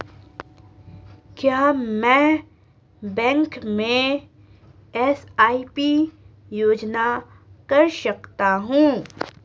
क्या मैं बैंक में एस.आई.पी योजना कर सकता हूँ?